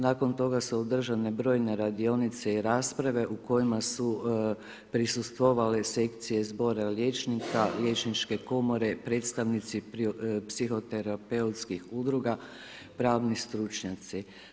Nakon toga su održane brojne radionice i rasprave u kojima su prisustvovali sekcije zbora liječnika, liječničke komore, predstavnici psihoterapeutskih udruga, pravni stručnjaci.